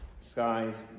skies